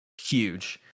huge